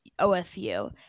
OSU